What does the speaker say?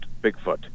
Bigfoot